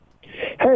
Hey